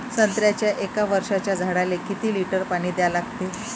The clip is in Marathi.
संत्र्याच्या एक वर्षाच्या झाडाले किती लिटर पाणी द्या लागते?